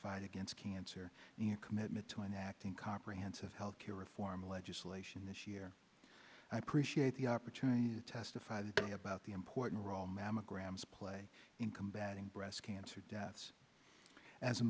fight against cancer and your commitment to enacting comprehensive health care reform legislation this year i appreciate the opportunity to testify about the important role mammograms play in combating breast cancer deaths as a